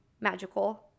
magical